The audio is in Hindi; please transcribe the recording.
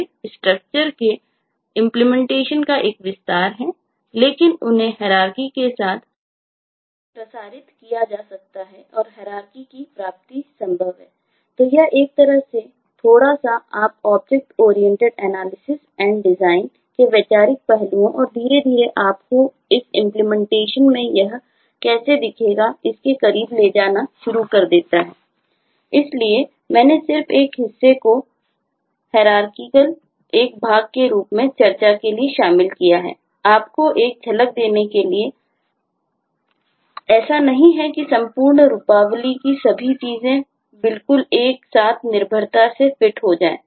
वे structure के कार्यान्वयनइंप्लीमेंटेशन एक भाग के रूप में चर्चा के लिए शामिल किया आपको एक झलक देने के लिए ऐसा नहीं है कि संपूर्ण रूपावाली की सभी चीजें बिल्कुल एक साथ निर्बाधता से फिट हो जाए